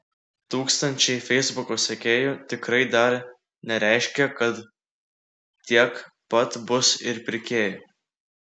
tūkstančiai feisbuko sekėjų tikrai dar nereiškia kad tiek pat bus ir pirkėjų